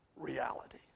Reality